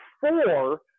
four